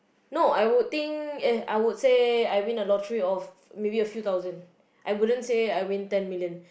no I would think eh I would say I win a lottery of maybe a few thousand I wouldn't say I win ten million